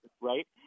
right